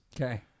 Okay